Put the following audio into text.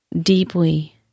Deeply